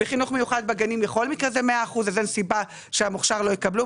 בחינוך מיוחד בגנים בכל מקרה זה 100% אז אין סיבה שהמוכשר לא יקבלו.